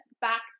back